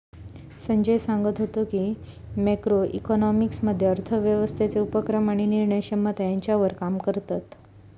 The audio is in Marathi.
संजय सांगत व्हतो की, मॅक्रो इकॉनॉमिक्स मध्ये अर्थव्यवस्थेचे उपक्रम आणि निर्णय क्षमता ह्यांच्यावर काम करतत